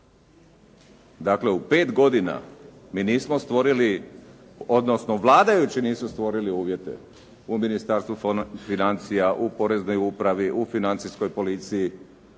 Dakle, u pet godina mi nismo stvorili, odnosno vladajući nisu stvorili uvjete u Ministarstvu financija, u Poreznoj upravi, u Financijskoj policiji.